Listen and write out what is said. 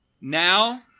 now